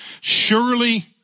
Surely